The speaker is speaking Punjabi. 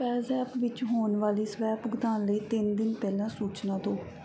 ਪੈਜ਼ੈਪ ਵਿੱਚ ਹੋਣ ਵਾਲੀ ਸਵੈ ਭੁਗਤਾਨ ਲਈ ਤਿੰਨ ਦਿਨ ਪਹਿਲਾਂ ਸੂਚਨਾ ਦੋ